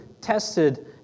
tested